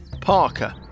Parker